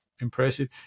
impressive